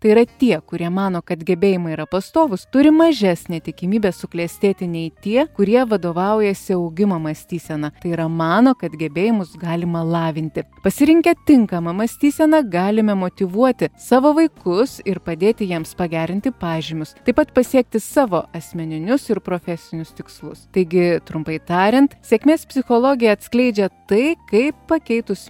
tai yra tie kurie mano kad gebėjimai yra pastovūs turi mažesnę tikimybę suklestėti nei tie kurie vadovaujasi augimo mąstysena tai yra mano kad gebėjimus galima lavinti pasirinkę tinkamą mąstyseną galime motyvuoti savo vaikus ir padėti jiems pagerinti pažymius taip pat pasiekti savo asmeninius ir profesinius tikslus taigi trumpai tariant sėkmės psichologija atskleidžia tai kaip pakeitus